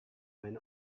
when